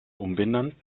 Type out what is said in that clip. umbenannt